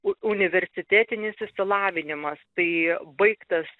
universitetinis išsilavinimas tai baigtas